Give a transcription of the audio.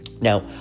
Now